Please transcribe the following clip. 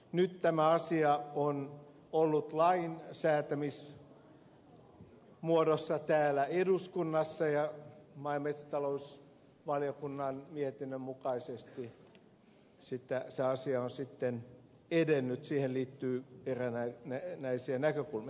nyt tämä asia on ollut lainsäätämismuodossa täällä eduskunnassa ja maa ja metsätalousvaliokunnan mietinnön mukaisesti se asia on sitten edennyt siihen liittyy erinäisiä näkökulmia